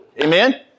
Amen